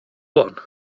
one